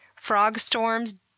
frog storms,